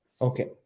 Okay